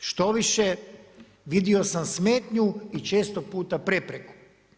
Štoviše vidimo sam smetnju i često puta prepreku.